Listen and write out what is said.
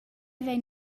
vein